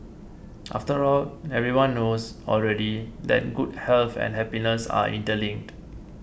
after all everyone knows already that good health and happiness are interlinked